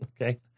Okay